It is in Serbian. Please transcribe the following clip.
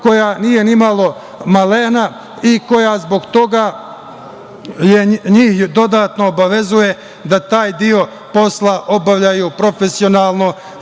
koja nije ni malo malena i koja zbog toga njih dodatno obavezuje da taj deo posla obavljaju profesionalno,